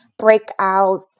breakouts